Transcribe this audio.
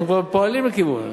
אנחנו פועלים בכיוון.